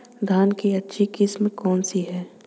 धान की अच्छी किस्म कौन सी है?